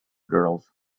girls